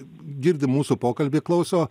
girdi mūsų pokalbį klauso